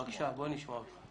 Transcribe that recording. בבקשה, בוא נשמע אותך.